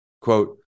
Quote